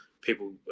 people